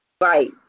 Right